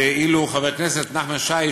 ואילו חבר הכנסת נחמן שי,